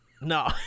no